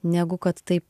negu kad taip